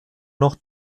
noch